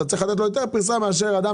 אתה צריך לתת לו יותר פריסה מאשר אדם